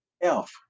Elf